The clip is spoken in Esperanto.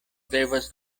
devas